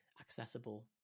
accessible